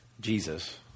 Jesus